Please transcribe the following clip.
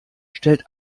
stellt